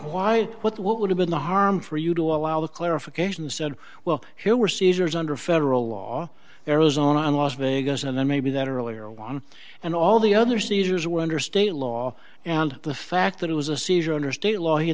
why what what would have been the harm for you to allow the clarification and said well here we're seizures under federal law arizona and las vegas and then maybe that earlier one and all the other seizures were under state law and the fact that it was a seizure under state law he